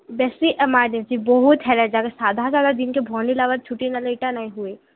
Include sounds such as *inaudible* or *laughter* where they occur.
ବେଶୀ *unintelligible* ବହୁତ୍ ହେଲେ ସାଧା ସାଧା ଦିନକେ ଭଲ୍ ନାଇଁ ଲାଗବାର୍ ଛୁଟି ନେଲେ ଇଟା ନାଇଁହୁଏ